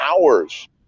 hours